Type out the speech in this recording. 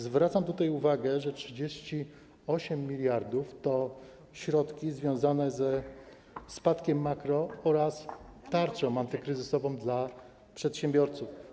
Zwracam uwagę, że 38 mld to środki związane ze spadkiem makro oraz tarczą antykryzysową dla przedsiębiorców.